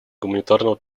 гуманитарного